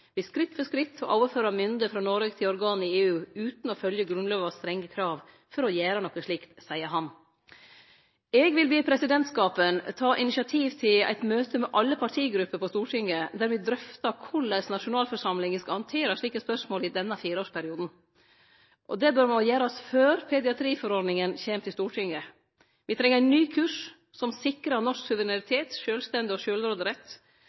skritt for skritt å overføre mynde frå Noreg til organ i EU – utan å følgje dei strenge krava i Grunnlova for å gjere noko slikt, seier han. Eg vil be presidentskapet ta initiativ til eit møte med alle partigrupper på Stortinget der me drøftar korleis nasjonalforsamlinga skal handtere slike spørsmål i denne fireårsperioden, og det bør gjerast før pediatriforordninga kjem til Stortinget. Me treng ein ny kurs som sikrar norsk suverenitet, sjølvstende og